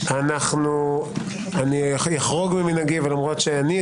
אני מתכבד לפתוח את ישיבת ועדת החוקה,